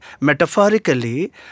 metaphorically